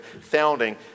founding